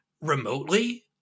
remotely